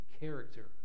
character